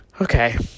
Okay